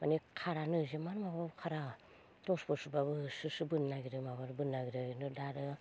माने खारानो इमान होब्लाबो खारा टर्स फोर सुब्लाबो होसो बोनो नागेरो दा आरो